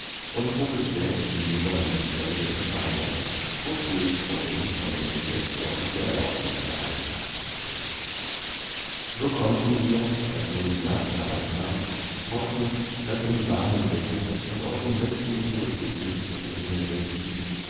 und trug es selbst hinüber in die zelle des gefangenen wozu ich vorhin von dem inspektor die erlaubnis erhalten hatte so konnten wir als nun die nacht herankam hoffen daß im warmen bette und auf dem besten ruhekissen das es in der welt gibt